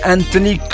Anthony